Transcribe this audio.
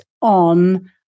on